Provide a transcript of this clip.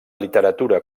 literatura